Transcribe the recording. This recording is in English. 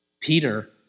Peter